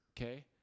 okay